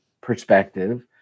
perspective